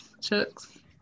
chucks